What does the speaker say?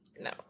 No